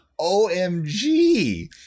OMG